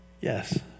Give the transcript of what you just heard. yes